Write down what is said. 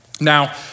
Now